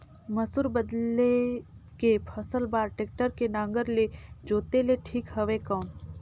मसूर बदले के फसल बार टेक्टर के नागर ले जोते ले ठीक हवय कौन?